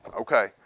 Okay